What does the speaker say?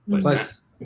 plus